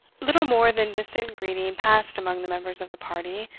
little more than distant greeting passed among the members of the party,